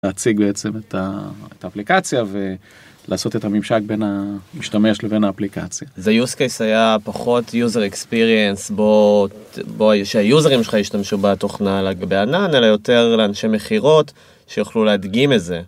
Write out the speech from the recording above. להציג בעצם את האפליקציה ולעשות את הממשק בין המשתמש לבין האפליקציה. זה יוסקייס היה פחות יוזר אקספיריאנס בו, שהיוזרים שלך ישתמשו בתוכנה על גבי ענן, אלא יותר לאנשי מכירות שיכולו להדגים את זה.